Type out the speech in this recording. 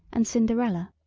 and cinderella.